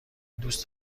دوست